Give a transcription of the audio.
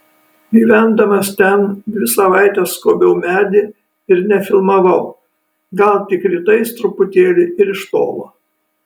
gyvendamas ten dvi savaites skobiau medį ir nefilmavau gal tik rytais truputėlį ir iš tolo